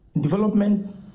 development